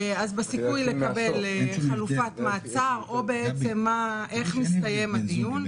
אז בסיכוי לקבל חלופת מעצר או בעצם איך מסתיים הדיון,